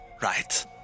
Right